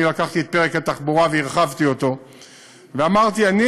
לקחתי את פרק התחבורה והרחבתי אותו ואמרתי: אני